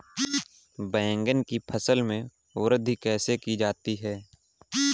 बैंगन की फसल में वृद्धि कैसे की जाती है?